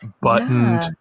Buttoned